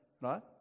right